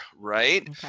right